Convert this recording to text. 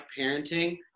parenting